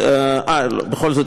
בכל זאת,